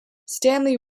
stanley